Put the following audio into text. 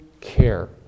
care